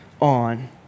on